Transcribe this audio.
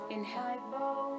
Inhale